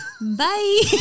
Bye